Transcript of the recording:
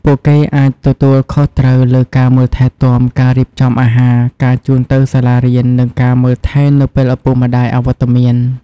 ពួកគេអាចទទួលខុសត្រូវលើការមើលថែទាំ ការរៀបចំអាហារ ការជូនទៅសាលារៀន និងការមើលថែនៅពេលឪពុកម្តាយអវត្តមាន។